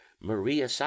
maria